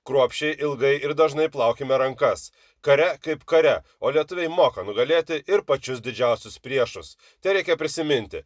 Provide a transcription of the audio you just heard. kruopščiai ilgai ir dažnai plaukime rankas kare kaip kare o lietuviai moka nugalėti ir pačius didžiausius priešus tereikia prisiminti